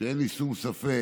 שאין לי שום ספק